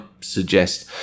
suggest